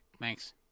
thanks